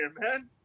man